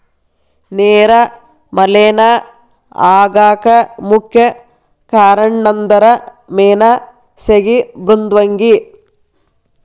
ನೇರ ಮಲೇನಾ ಆಗಾಕ ಮುಖ್ಯ ಕಾರಣಂದರ ಮೇನಾ ಸೇಗಿ ಮೃದ್ವಂಗಿ